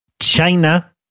China